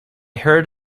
heard